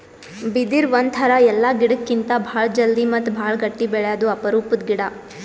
ಬಿದಿರ್ ಒಂಥರಾ ಎಲ್ಲಾ ಗಿಡಕ್ಕಿತ್ತಾ ಭಾಳ್ ಜಲ್ದಿ ಮತ್ತ್ ಭಾಳ್ ಗಟ್ಟಿ ಬೆಳ್ಯಾದು ಅಪರೂಪದ್ ಗಿಡಾ